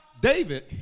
David